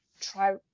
try